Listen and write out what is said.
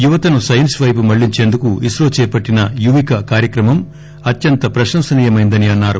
యువతను సైన్స్ వైపు మళ్ళించేందుకు ఇస్రో చేపట్టిన యువిక కార్యక్రమం అత్యంత ప్రశంసనీయమైనదని అన్నారు